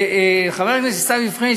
וחבר הכנסת עיסאווי פריג',